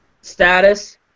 status